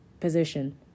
Position